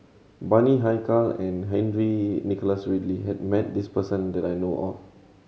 Bani Haykal and Henry Nicholas Ridley has met this person that I know of